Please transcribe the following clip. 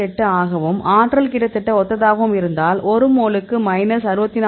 8 ஆகவும் ஆற்றல் கிட்டத்தட்ட ஒத்ததாகவும் இருந்தால் ஒரு மோலுக்கு மைனஸ் 64